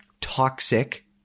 toxic